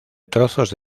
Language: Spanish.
trozos